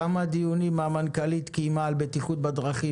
כמה דיונים המנכ"לית קיימה על בטיחות בדרכים?